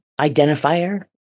identifier